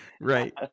right